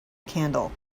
candle